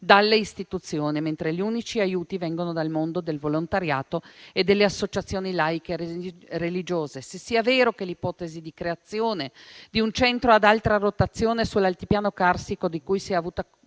dalle istituzioni, mentre gli unici aiuti vengono dal mondo del volontariato e delle associazioni laiche e religiose; se sia vero che l'ipotesi di creazione di un centro ad alta rotazione sull'altopiano carsico, di cui si è avuta